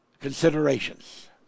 considerations